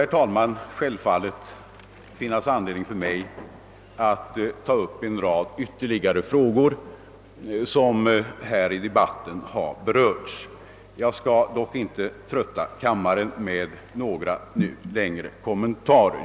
Det skulle självfallet finnas anledning för mig att ta upp ytterligare en rad frågor, som har berörts i debatten. Jag skall dock inte trötta kammarens ledamöter med några längre kommentarer.